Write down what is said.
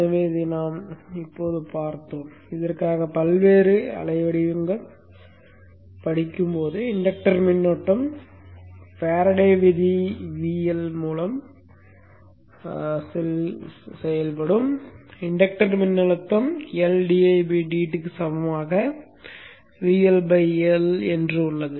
எனவே இதை நாம் இப்போது பார்த்தோம் இதற்காக பல்வேறு அலைவடிவம் பல்வேறு அலைவடிவங்களைப் படிக்கும் போது இன்டக்டர் மின்னோட்டம் ஃபாரடே விதி VL மூலம் செல்கிறது இண்டக்டரின் மின்னழுத்தம் க்கு சமமாக உள்ளது மற்றும் VL L உள்ளது